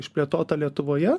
išplėtotą lietuvoje